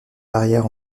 barrière